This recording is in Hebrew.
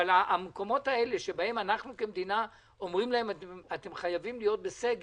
אבל המקומות האלה שבהם אנחנו כמדינה אומרים להם: אתם חייבים להיות בסגר,